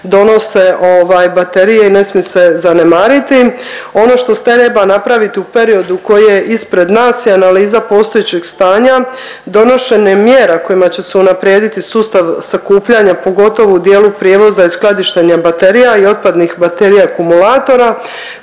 donose baterije i ne smije se zanemariti. Ono što se treba napraviti u periodu koji je ispred nas i analiza postojećeg stanja donošenje mjera kojima će se unaprediti sustav sakupljanja pogotovo u dijelu prijevoza i skladištenje baterija i otpadnih baterija i akumulatora